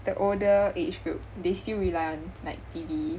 the older age groups they still rely on like T_V